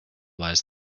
lies